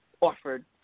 offered